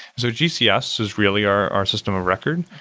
so gcs is really our our system of record,